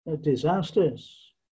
disasters